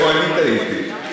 איפה טעיתי.